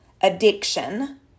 addiction